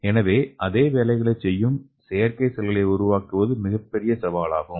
எனவே அதே வேலைகளைச் செய்யும் செயற்கை செல்களை உருவாக்குவது மிகப்பெரிய சவாலாகும்